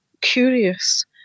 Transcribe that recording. curious